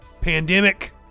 Pandemic